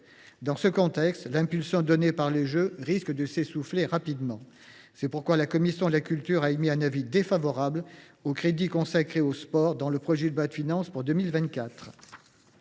Dans ce contexte, l’impulsion donnée par les Jeux risque de s’essouffler rapidement. C’est pourquoi la commission de la culture a émis un avis défavorable sur les crédits consacrés au sport dans le projet de loi de finances pour 2024.